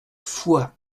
foix